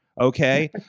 Okay